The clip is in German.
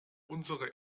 unsere